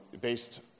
based